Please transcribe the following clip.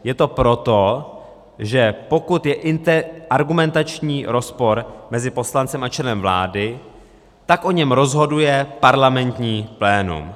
Je to proto, že pokud je argumentační rozpor mezi poslancem a členem vlády, tak o něm rozhoduje parlamentní plénum.